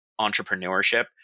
entrepreneurship